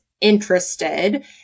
interested